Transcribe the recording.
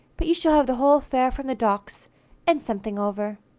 but you shall have the whole fare from the docks and something over.